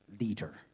leader